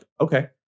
okay